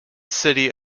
city